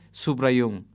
subrayung